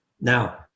Now